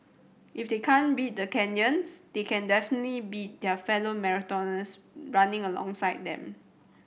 if they can't beat the Kenyans they can definitely beat their fellow marathoners running alongside them